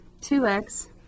2x